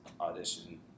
audition